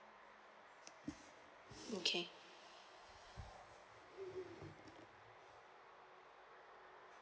okay